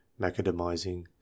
macadamizing